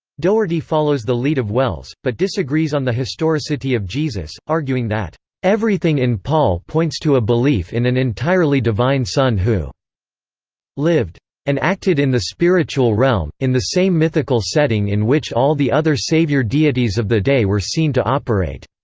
doherty follows the lead of wells, but disagrees on the historicity of jesus, arguing that everything in paul points to a belief in an entirely divine son who lived and acted in the spiritual realm, in the same mythical setting in which all the other savior deities of the day were seen to operate.